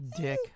dick